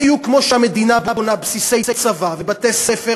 בדיוק כמו שהמדינה בונה בסיסי צבא ובתי-ספר